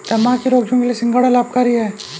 दमा के रोगियों के लिए सिंघाड़ा लाभकारी है